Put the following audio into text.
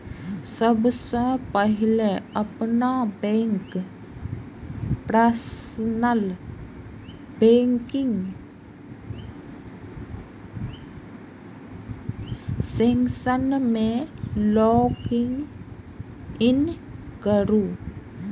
सबसं पहिने अपन बैंकक पर्सनल बैंकिंग सेक्शन मे लॉग इन करू